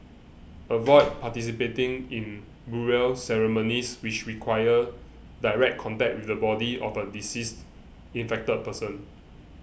avoid participating in burial ceremonies which require direct contact with the body of a deceased infected person